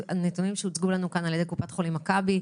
מהנתונים שהוצגו לנו כאן על ידי קופת חולים מכבי,